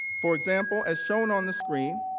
for example as shown on the screen,